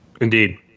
Indeed